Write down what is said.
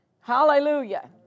Hallelujah